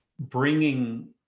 bringing